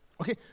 Okay